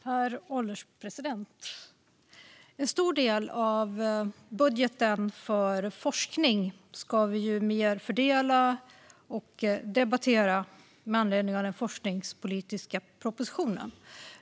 Herr ålderspresident! En stor del av budgeten för forskning ska vi fördela och debattera med anledning av den forskningspolitiska propositionen.